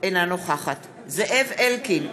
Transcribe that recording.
אינה נוכחת זאב אלקין,